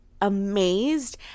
amazed